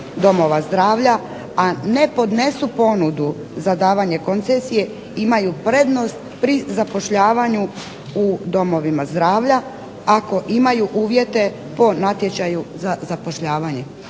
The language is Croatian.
domova zdravlja, a ne podnesu ponudu za davanje koncesije imaju prednost pri zapošljavanju u domovima zdravlja, ako imaju uvjete po natječaju za zapošljavanje.